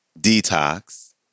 Detox